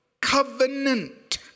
covenant